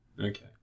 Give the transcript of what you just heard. Okay